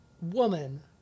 woman